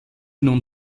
nun